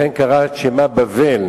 לכן קרא את שמה בבל,